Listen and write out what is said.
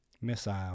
missile